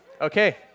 Okay